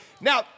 Now